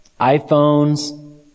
iPhones